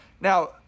Now